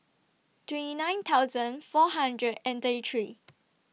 twenty nine thousand four hundred and thirty three